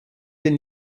den